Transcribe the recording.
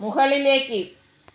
മുകളിലേക്ക്